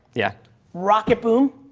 yeah rocket boom.